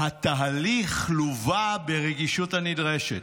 'התהליך לווה ברגישות הנדרשת'".